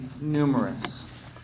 numerous